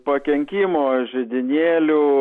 pakenkimo židinėlių